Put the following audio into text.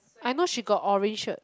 I know she got orange shirt